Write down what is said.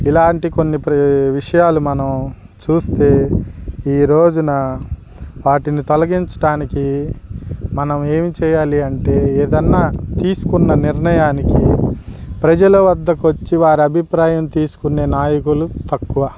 ఇలాంటి కొన్ని ప్ర విషయాలు మనం చూస్తే ఈ రోజున వాటిని తొలగించడానికి మనం ఏమి చేయాలి అంటే ఏదైనా తీసుకున్న నిర్ణయానికి ప్రజలు వద్దకి వచ్చి వారి అభిప్రాయం తీసుకునే నాయకులు తక్కువ